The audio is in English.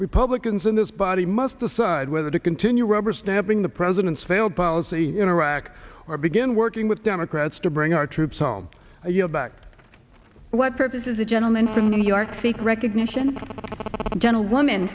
republicans in this body must decide whether to continue rubber stamping the president's failed policy in iraq or begin working with democrats to bring our troops home you know back to what purpose is the gentleman from new york seek recognition gentlewoman